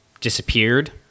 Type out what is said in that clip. disappeared